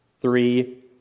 Three